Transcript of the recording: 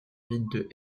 vide